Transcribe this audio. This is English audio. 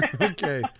Okay